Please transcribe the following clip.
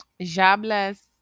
jobless